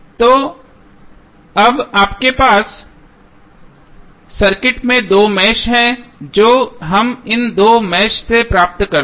तो अब आपके पास सर्किट में दो मेष हैं जो हम इन दो मेष से प्राप्त करते हैं